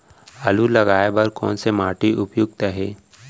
आलू लगाय बर कोन से माटी उपयुक्त हे?